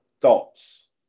thoughts